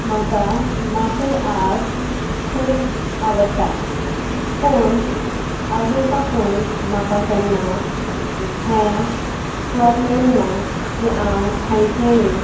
म्हाका martial arts खूब आवडटा पूण आजून पासून म्हाका केन्ना हें स्वर मेळूं ना की हांव खंयचेंय